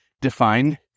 define